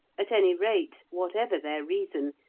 at any rate, whatever their reason,